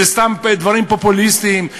שזה סתם דברים פופוליסטיים,